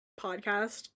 podcast